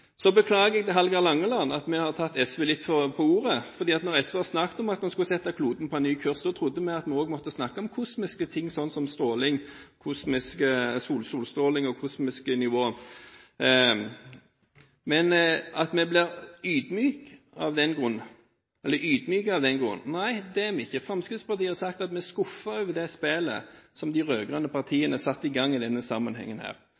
Så beklager jeg overfor Hallgeir Langeland at vi hadde tatt SV litt for mye på ordet, for når SV har snakket om at man ville sette kloden på en ny kurs, trodde vi at vi også måtte snakke om kosmiske ting som stråling, kosmisk solstråling og kosmiske nivåer. Blir vi ydmyket av den grunn? Nei, Fremskrittspartiet har sagt at vi er skuffet over det spillet som de rød-grønne partiene satte i gang i denne sammenhengen.